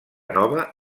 nova